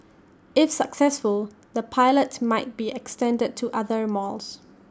if successful the pilots might be extended to other malls